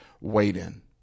wait-in